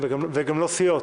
וגם לא סיעות.